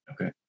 Okay